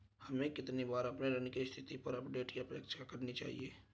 हमें कितनी बार अपने ऋण की स्थिति पर अपडेट की अपेक्षा करनी चाहिए?